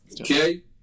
okay